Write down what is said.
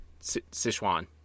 Sichuan